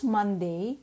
Monday